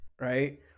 right